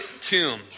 tomb